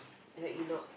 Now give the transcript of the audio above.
had you not